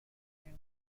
union